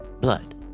blood